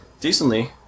decently